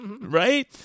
right